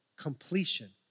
completion